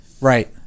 Right